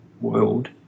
world